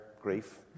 grief